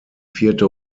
vierte